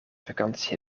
vakantie